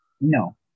No